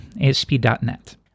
ASP.NET